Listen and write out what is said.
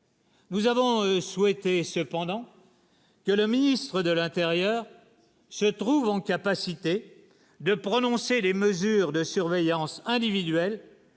Nous avons souhaité cependant. Le ministre de l'Intérieur se trouve en capacité de prononcer les mesures de surveillance individuelle.